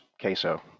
Queso